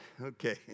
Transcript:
Okay